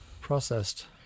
processed